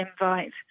invite